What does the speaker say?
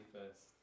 first